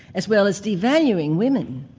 as well as devaluing women.